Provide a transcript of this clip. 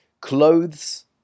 clothes